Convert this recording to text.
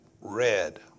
red